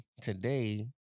today